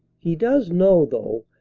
he does know, though,